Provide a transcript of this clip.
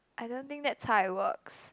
I don't think that's how it works